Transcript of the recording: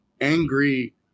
angry